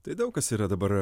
tai daug kas yra dabar